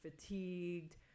fatigued